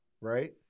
Right